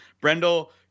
Brendel